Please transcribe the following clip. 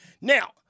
Now